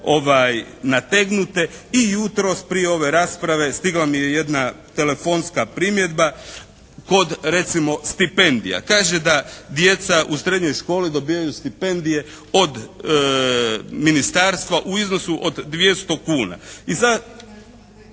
nategnute. I jutros prije ove rasprave stigla mi je jedna telefonska primjedba kod recimo stipendija. Kaže da djeca u srednjoj školi dobivaju stipendije od ministarstva u iznosu od 200 kuna.